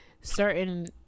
certain